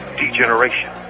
degeneration